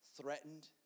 threatened